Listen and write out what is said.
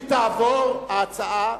אם תעבור ההצעה,